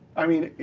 i mean,